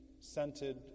Scented